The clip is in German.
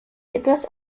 etwas